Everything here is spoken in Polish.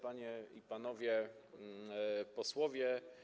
Panie i Panowie Posłowie!